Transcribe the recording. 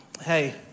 Hey